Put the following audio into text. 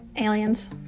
Aliens